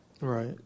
Right